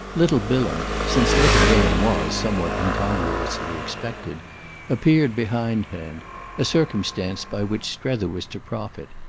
little bilham since little bilham was, somewhat incongruously, expected appeared behindhand a circumstance by which strether was to profit.